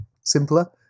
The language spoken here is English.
simpler